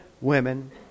women